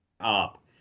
up